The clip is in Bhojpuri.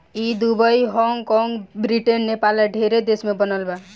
ई दुबई, हॉग कॉग, ब्रिटेन, नेपाल आ ढेरे देश में बनल बा